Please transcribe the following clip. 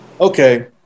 okay